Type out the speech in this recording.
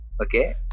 Okay